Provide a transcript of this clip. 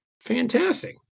Fantastic